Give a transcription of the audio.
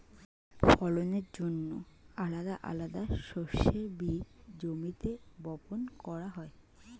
ফলনের জন্যে আলাদা আলাদা শস্যের বীজ জমিতে বপন করা হয়